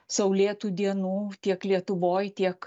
saulėtų dienų tiek lietuvoj tiek